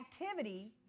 activity